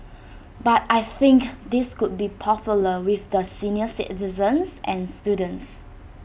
but I think this could be popular with the senior citizens and students